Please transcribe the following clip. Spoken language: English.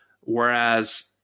Whereas